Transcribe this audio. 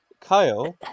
Kyle